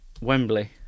Wembley